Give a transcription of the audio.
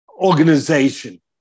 organization